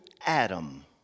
Adam